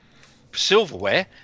silverware